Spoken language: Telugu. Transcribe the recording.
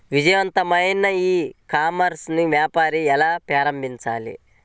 విజయవంతమైన ఈ కామర్స్ వ్యాపారాన్ని ఎలా ప్రారంభించాలి?